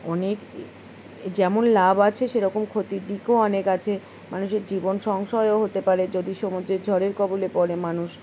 অনেক যেমন লাভ আছে সেরকম ক্ষতির দিকও অনেক আছে মানুষের জীবন সংশয়ও হতে পারে যদি সমুদ্রের ঝড়ের কবলে পড়ে মানুষ